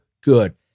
good